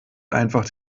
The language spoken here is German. einfach